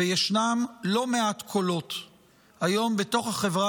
וישנם לא מעט קולות היום בתוך החברה